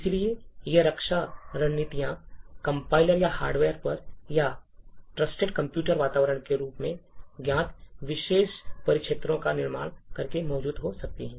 इसलिए ये रक्षा रणनीतियाँ कंपाइलर या हार्डवेयर पर या ट्रस्टेड कंप्यूटिंग वातावरण के रूप में ज्ञात विशेष परिक्षेत्रों का निर्माण करके मौजूद हो सकती हैं